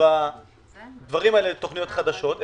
בדברים האלה כתוכניות חדשות,